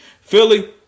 Philly